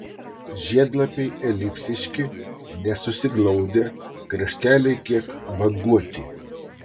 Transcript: žiedlapiai elipsiški nesusiglaudę krašteliai kiek banguoti